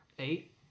Eight